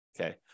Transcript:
okay